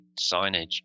signage